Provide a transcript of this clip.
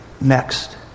next